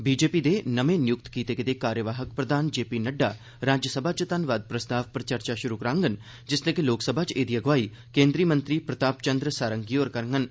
BJP दे नमें नियुक्त कीते गेदे कारवाहक प्रधान जे पी नड्डा राज्यसभा च धन्नवाद प्रस्ताव पर चर्चा शुरू करांगन जिसलै कि लोकसभा च एहदी अगुवाई केंद्री मंत्री प्रताप चंद्र सारंगी होर करङन